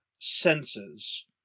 senses